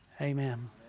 Amen